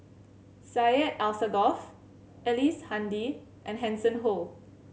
Syed Alsagoff Ellice Handy and Hanson Ho